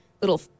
little